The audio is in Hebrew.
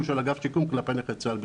של אגף שיקום כלפי נכי צה"ל בכלל.